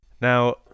Now